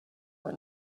were